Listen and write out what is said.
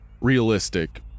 realistic